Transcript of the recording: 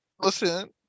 listen